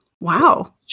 wow